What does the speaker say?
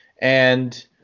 and-